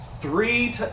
three